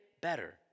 better